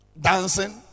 Dancing